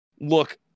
look